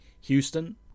Houston